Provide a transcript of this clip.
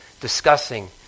discussing